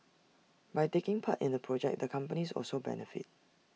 by taking part in the project the companies also benefit